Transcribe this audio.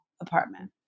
apartment